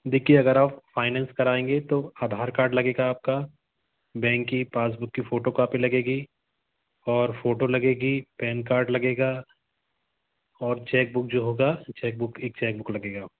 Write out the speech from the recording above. देखिए अगर आप फाइनैंस कराएंगे तो आधार कार्ड लगेगा आपका बैंक की पासबुक की फ़ोटो कॉपी लगेगी और फ़ोटो लगेगी पैन कार्ड लगेगा और चेक बुक जो होगी तो चेक बुक एक चेक बुक लगेगी